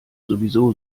sowieso